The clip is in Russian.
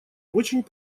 очень